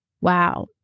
wow